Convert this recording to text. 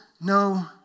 no